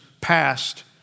past